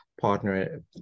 partner